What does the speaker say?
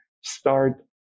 start